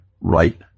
right